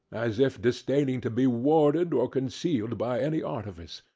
as if disdaining to be warded or concealed by any artifice.